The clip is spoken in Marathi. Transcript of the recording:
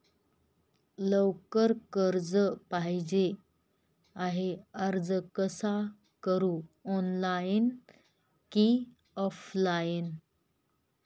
लवकर कर्ज पाहिजे आहे अर्ज कसा करु ऑनलाइन कि ऑफलाइन?